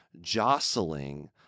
jostling